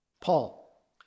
Paul